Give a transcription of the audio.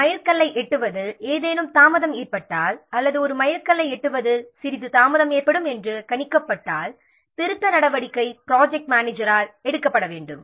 ஒரு மைல்கல்லை அடைவதில் ஏதேனும் தாமதம் ஏற்பட்டால் அல்லது ஒரு மைல்கல்லை அடைவதில் சிறிது தாமதம் ஏற்படும் என்று கணிக்கப்பட்டால் திருத்த நடவடிக்கை ப்ராஜெக்ட் மேனேஜரால் எடுக்கப்பட வேண்டும்